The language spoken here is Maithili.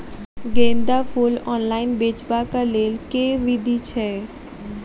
गेंदा फूल ऑनलाइन बेचबाक केँ लेल केँ विधि छैय?